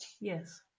Yes